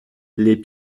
lès